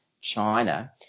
China